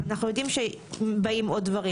אנחנו יודעים שבאים עוד דברים.